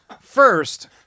First